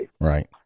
Right